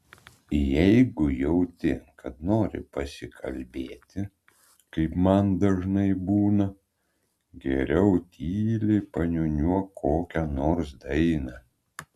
jeigu jauti kad nori pasikalbėti kaip man dažnai būna geriau tyliai paniūniuok kokią nors dainą